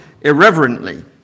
irreverently